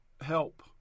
help